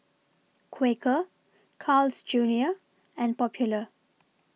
Quaker Carl's Junior and Popular